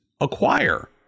acquire